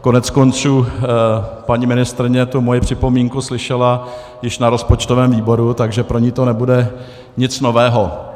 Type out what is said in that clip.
Koneckonců paní ministryně tu moji připomínku slyšela již na rozpočtovém výboru, takže pro ni to nebude nic nového.